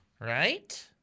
Right